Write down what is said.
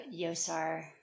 YOSAR